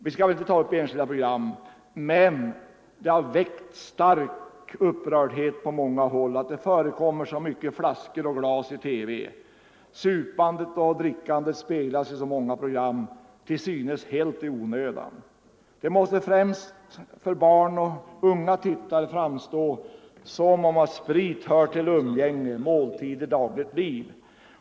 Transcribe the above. Vi skall inte behandla enskilda program här, men det har väckt stark upprördhet på många håll att det förekommer så mycket flaskor och glas i TV. Supandet och drickandet speglas i så många program, till synes helt i onödan. Det måste främst för barn och unga tittare framstå som om sprit hör till umgänge, måltider, dagligt liv.